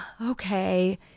okay